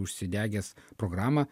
užsidegęs programą